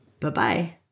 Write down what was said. Bye-bye